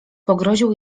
pogroził